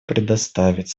предоставить